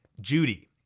Judy